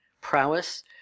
prowess